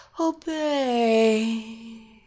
Obey